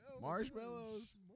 Marshmallows